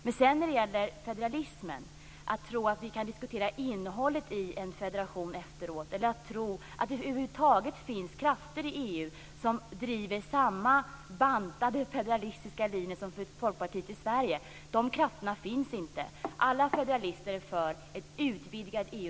När det sedan gäller federalismen, och att tro att vi kan diskutera innehållet i en federation efteråt, eller att tro att det över huvud taget finns krafter i EU som driver samma bantade, federalistiska linje som Folkpartiet i Sverige så vill jag säga: De krafterna finns inte! Alla federalister är för ett utvidgat EU